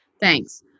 thanks